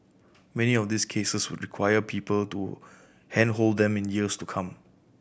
many of these cases would require people to handhold them in years to come